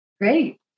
Great